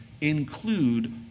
include